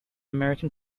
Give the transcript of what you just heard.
american